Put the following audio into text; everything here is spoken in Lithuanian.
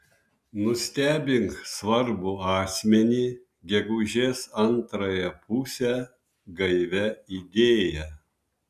nustebink svarbų asmenį gegužės antrąją pusę gaivia idėja